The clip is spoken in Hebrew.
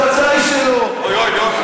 בוודאי שלא.